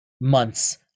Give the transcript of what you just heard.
months